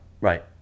Right